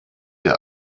der